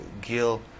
Gil